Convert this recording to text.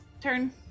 turn